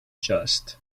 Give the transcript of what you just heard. just